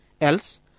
else